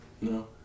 No